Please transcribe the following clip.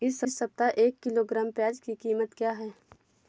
इस सप्ताह एक किलोग्राम प्याज की कीमत क्या है?